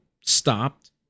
stopped